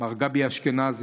מר גבי אשכנזי,